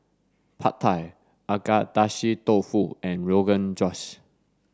Pad Thai Agedashi Dofu and Rogan Josh